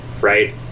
right